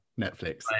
Netflix